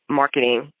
marketing